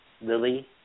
Lily